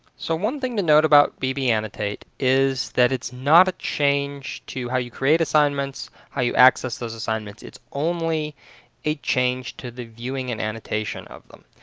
so one thing to note about bb annotate is that it's not a change to how you create assignments how you access those assignments. it's only the change to the viewing and annotation of them.